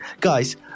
guys